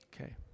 Okay